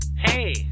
Hey